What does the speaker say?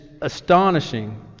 astonishing